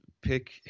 pick